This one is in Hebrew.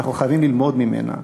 ואנחנו חייבים ללמוד ממנה.